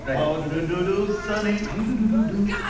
ah how do do do do sunny? i do do do do.